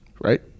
right